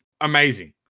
amazing